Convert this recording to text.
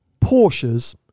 Porsche's